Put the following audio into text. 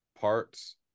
parts